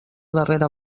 darrera